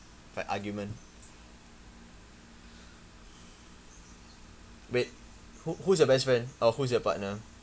but argument wait who who's your best friend or who's your partner